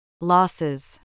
Losses